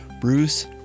Bruce